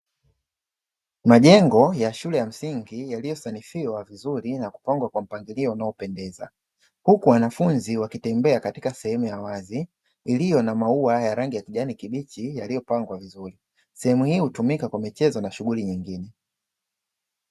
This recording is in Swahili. Majengo ya shule ya msingi yaliyosanifiwa vizuri na kupangwa kwa mpangilio unaopendeza huku wanafunzi wakitembea katika sehemu ya wazi iliyo na maua haya rangi ya kijani kibichi, yaliyopangwa vizuri sehemu hiyo hutumika kwa michezo na shughuli nyingine.